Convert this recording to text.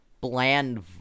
bland